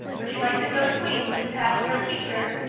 would you like to go to queen's and pass for a teacher?